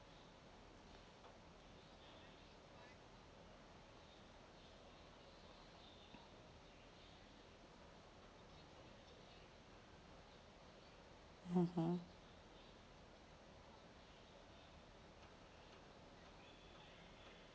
mmhmm